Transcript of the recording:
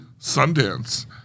Sundance